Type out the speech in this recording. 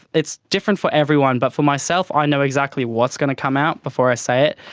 it's different for everyone but for myself i know exactly what is going to come out before i say it.